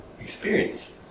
experience